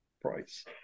price